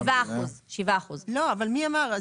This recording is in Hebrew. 7%. מי אמר?